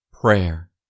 Prayer